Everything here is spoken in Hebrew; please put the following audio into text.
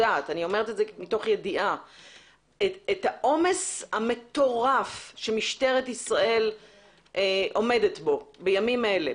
יודעת את העומס המטורף שמשטרת ישראל עומדת בו בימים אלה,